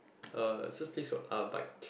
uh it's this place called Arbite